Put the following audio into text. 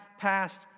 passed